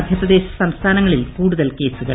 മധ്യപ്രദേശ് സംസ്ഥാനങ്ങളിൽ കൂടുതൽ കേസുകൾ